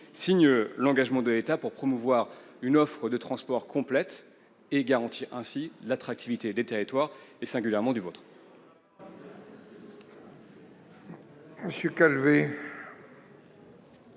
signe l'engagement de l'État pour promouvoir une offre de transport complète et garantir ainsi l'attractivité des territoires, singulièrement du vôtre.